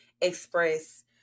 express